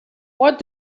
what